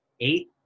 eight